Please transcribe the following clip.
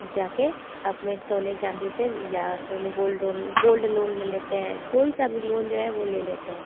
जाके अपने सोने चांदी पे या सोने गोल्ड लोन गोल्ड लोन ले लेते हें कोई सा भी लोन जो है वो ले लेते हैं